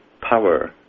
power